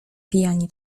pijani